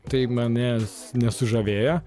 tai manęs nesužavėjo